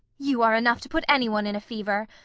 you are enough to put any one in a fever.